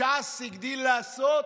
בש"ס הגדילו לעשות,